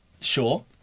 Sure